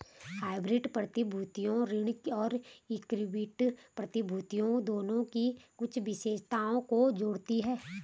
hybrid प्रतिभूतियां ऋण और इक्विटी प्रतिभूतियों दोनों की कुछ विशेषताओं को जोड़ती हैं